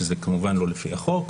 שזה כמובן לא לפי החוק.